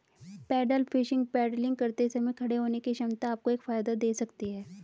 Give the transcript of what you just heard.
pedal fishing paddling करते समय खड़े होने की क्षमता आपको एक फायदा दे सकती है